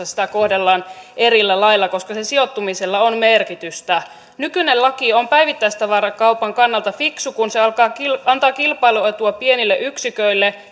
sitä kohdellaan eri lailla koska sen sijoittumisella on merkitystä nykyinen laki on päivittäistavarakaupan kannalta fiksu kun se antaa kilpailuetua pienille yksiköille